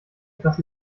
etwas